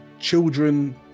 Children